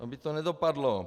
Aby to nedopadlo.